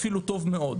אפילו טוב מאוד.